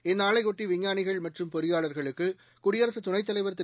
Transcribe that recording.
இந்நாளையாட்டி விஞ்ஞானிகள் மற்றும் பொறியாளர்களுக்கு குடியரசுத் துணைத்தலைவர் திரு